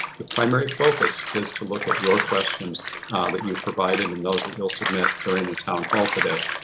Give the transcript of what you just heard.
the primary focus is to look at your questions that you provided and those that you'll submit during the town hall today.